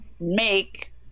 make